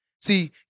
See